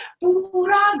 Pura